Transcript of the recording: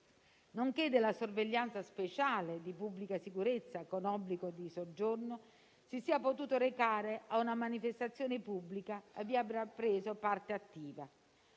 nonché della sorveglianza speciale di pubblica sicurezza con obbligo di soggiorno, si sia potuto recare a una manifestazione pubblica a cui ha preso parte attiva.